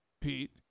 Pete